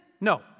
No